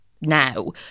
now